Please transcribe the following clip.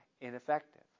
ineffective